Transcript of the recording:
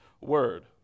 word